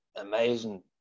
amazing